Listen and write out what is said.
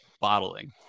bottling